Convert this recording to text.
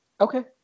Okay